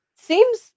seems